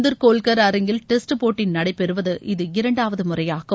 இந்தூர் கோல்கர் அரங்கில் டெஸ்ட் போட்டி நடைபெறுவது இது இரண்டாவது முறையாகும்